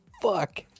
fuck